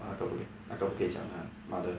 ah I thought 不可以讲 lah mother